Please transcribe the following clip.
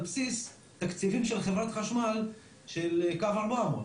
בסיס תקציבים של חברת חשמל של קו 400,